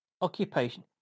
Occupation